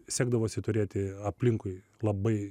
sekdavosi turėti aplinkui labai